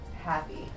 happy